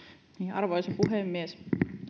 arvoisa puhemies